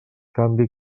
canvi